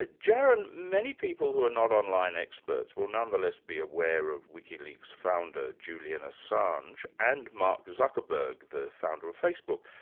ah jaron, many people who are not online experts will nonetheless be aware of wikileaks' founder, julian assange, and mark zuckerberg, the founder of facebook,